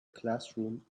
classroom